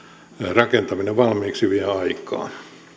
rakentaminen valmiiksi vie aikaa